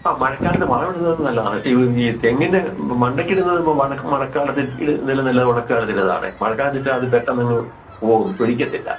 ആ മഴക്കാലത്ത് വളവിടുന്നത് നല്ലതാണ് ഇപ്പം ഈ തെങ്ങിൻ്റെ തെങ്ങിൻ്റെ മണ്ടയ്ക്ക് ഇടുന്നത് മഴ മഴക്കാലത്ത് നല്ലതല്ല ഒണക്ക് കാലത്ത് ഇടുന്നതാണെ മഴക്കാലത്ത് ഇട്ടാൽ അത് പെട്ടെന്ന് പോവും പിടിക്കത്തില്ല